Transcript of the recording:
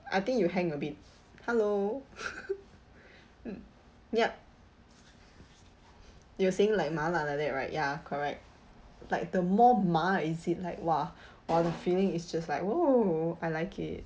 I think you hang a bit hello mm yup you're saying like 麻辣 like that right ya correct like the more 麻 is it like !wah! !wah! the feeling is just like !whoa! I like it